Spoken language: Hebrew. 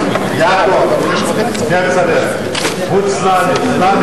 ההסתייגות של קבוצת סיעת מרצ לסעיף